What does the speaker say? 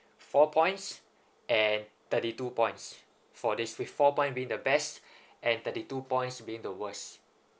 four points and thirty two points for this with four point being the best and thirty two points being the worse